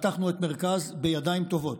פתחנו את מרכז בידיים טובות,